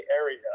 area